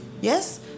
yes